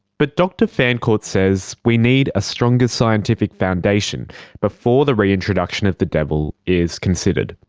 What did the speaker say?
but dr fancourt says we need a stronger scientific foundation before the reintroduction of the devil is considered.